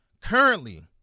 Currently